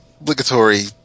obligatory